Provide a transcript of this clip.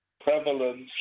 prevalence